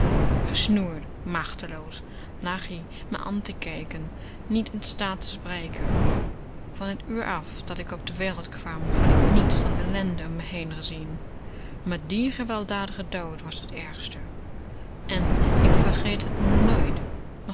machteloos lag ie me aan te kijken niet in staat te spreken van het uur af dat k op de wereld kwam had k niets dan ellende om me heen gezien maar diè gewelddadige dood was t ergste en k vergeet t nooit